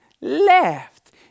left